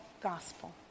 gospel